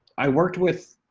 i worked with